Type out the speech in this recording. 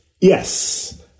Yes